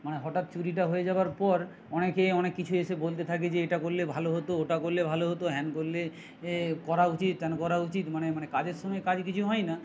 মানে হঠাৎ চুরিটা হয়ে যাবার পর অনেকেই অনেক কিছু এসে বলতে থাকে যে এটা করলে ভালো হতো ওটা করলে ভালো হতো হ্যান করলে এ করা উচিত ত্যান করা উচিত মানে মানে কাজের সময় কাজ কিছু হয় না